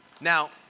Now